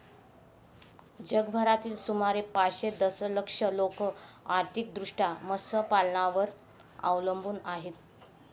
जगभरातील सुमारे पाचशे दशलक्ष लोक आर्थिकदृष्ट्या मत्स्यपालनावर अवलंबून आहेत